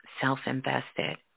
self-invested